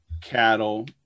cattle